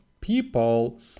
people